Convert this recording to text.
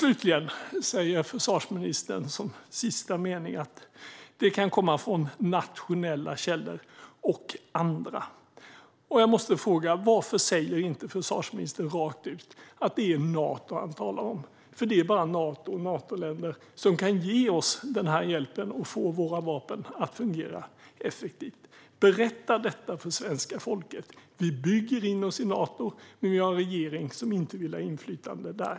Slutligen säger försvarsministern att tidig förvarning kan komma från nationella källor eller andra. Jag måste fråga varför försvarsministern inte rakt ut säger att det är Nato som han talar om, eftersom det är bara Nato och Natoländer som kan ge oss denna hjälp och få våra vapen att fungera effektivt. Berätta detta för svenska folket. Vi bygger in oss i Nato, men vi har en regering som inte vill ha inflytande där.